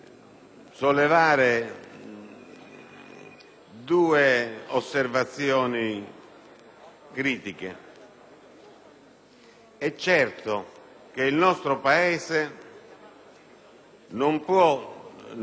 due osservazioni critiche. È certo che il nostro Paese non può non dotarsi di